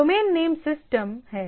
domain name system है